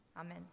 Amen